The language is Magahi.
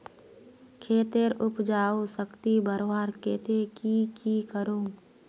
खेतेर उपजाऊ शक्ति बढ़वार केते की की करूम?